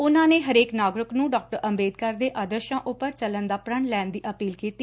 ਉਨੂਾਂ ਨੇ ਹਰੇਕ ਨਾਗਰਿਕ ਨੂੰ ਡਾ ਅੰਬੇਦਕਰ ਦੇ ਆਦਰਸਾਂ ਉਂਪਰ ਚੱਲਣ ਦਾ ਪ੍ਰਣ ਲੈਣ ਦੀ ਅਪੀਲ ਕੀਤੀ